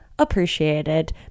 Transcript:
appreciated